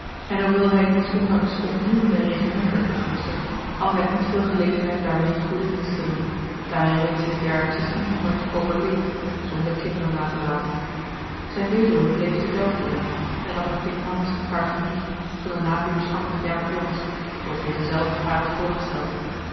en hoewel hij dies ondanks opnieuw met een regiment werd begunstigd had hij niet veel gelegenheid daarmeê goeden dienst te doen daar hij reeds in t jaar overleed zonder kinderen na te laten zijne weduwe bleef te delft wonen en nam nog dikmaals haar gerief van de nabuurschap met jacob jansz zooals deze zelf haar had voorgesteld